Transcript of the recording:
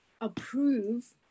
approve